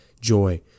joy